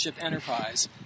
Enterprise